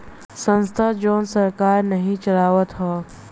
संस्था जवन सरकार नाही चलावत हौ